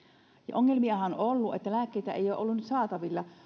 ongelmiahan on ollut että lääkkeitä ei ole nyt ollut saatavilla